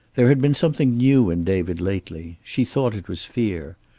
there had been something new in david lately. she thought it was fear.